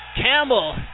Campbell